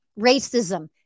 racism